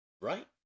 right